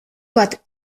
bat